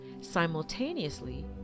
simultaneously